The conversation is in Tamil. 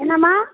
என்னம்மா